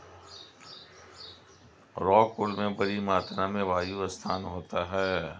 rockwool में बड़ी मात्रा में वायु स्थान होता है